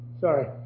Sorry